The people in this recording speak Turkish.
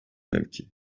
mevki